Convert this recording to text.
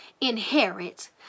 inherit